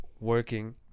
working